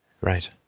Right